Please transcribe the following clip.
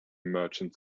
merchant